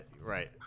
right